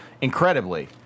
Incredibly